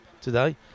today